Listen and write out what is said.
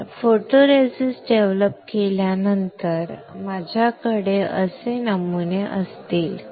तर photoresist develop केल्यानंतर माझ्याकडे असे नमुने असतील